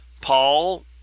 Paul